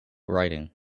writing